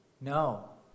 No